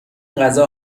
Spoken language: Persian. غذا